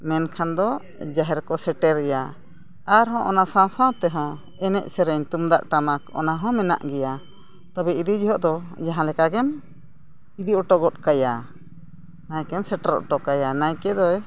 ᱢᱮᱱᱠᱷᱟᱱ ᱫᱚ ᱡᱟᱦᱮᱨ ᱨᱮᱠᱚ ᱥᱮᱴᱮᱨᱮᱭᱟ ᱟᱨᱦᱚᱸ ᱚᱱᱟ ᱥᱟᱶ ᱥᱟᱶ ᱛᱮᱦᱚᱸ ᱮᱱᱮᱡ ᱥᱮᱨᱮᱧ ᱛᱩᱢᱫᱟᱜ ᱴᱟᱢᱟᱠ ᱚᱱᱟᱦᱚᱸ ᱢᱮᱱᱟᱜ ᱜᱮᱭᱟ ᱛᱚᱵᱮ ᱤᱫᱤ ᱡᱚᱠᱷᱮᱡᱽ ᱫᱚ ᱡᱟᱦᱟᱸ ᱞᱮᱠᱟ ᱜᱮᱢ ᱤᱫᱤ ᱦᱚᱴᱚ ᱜᱚᱜ ᱠᱟᱭᱟ ᱱᱟᱭᱠᱮᱢ ᱥᱮᱴᱮᱨ ᱦᱚᱴᱚ ᱠᱟᱭᱟ ᱱᱟᱭᱠᱮ ᱫᱚᱭ